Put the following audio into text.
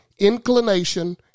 inclination